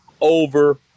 over